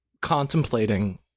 contemplating